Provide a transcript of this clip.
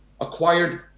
acquired